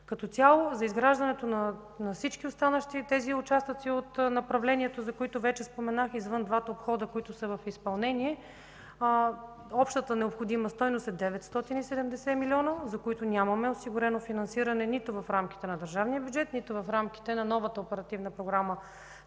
Като цяло за изграждането на всички оставащи участъци от направлението, за които вече споменах извън двата обхода, които са в изпълнение, общата необходима стойност е 970 милиона, за които нямаме осигурено финансиране нито в рамките на държавния бюджет, нито в рамките на новата Оперативна програма